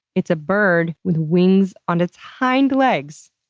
it's a bird with wings on its hind legs.